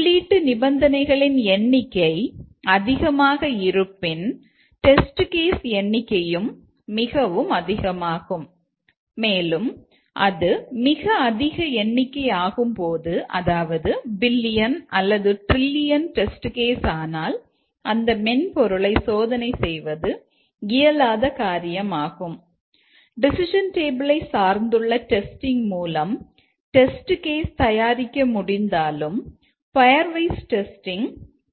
உள்ளீட்டு நிபந்தனைகளின் எண்ணிக்கை அதிகமாக இருப்பின் டெஸ்ட் கேஸ்